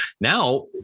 Now